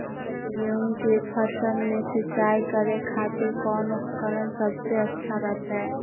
गेहूं के फसल में सिंचाई करे खातिर कौन उपकरण सबसे अच्छा रहतय?